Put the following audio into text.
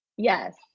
Yes